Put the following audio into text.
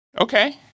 Okay